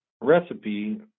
recipe